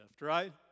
right